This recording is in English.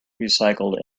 recycled